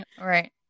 Right